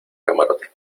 camarote